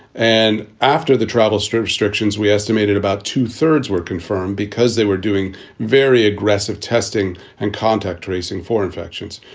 and after the travel strip restrictions, we estimated about two thirds were confirmed because they were doing very aggressive testing and contact tracing for infections.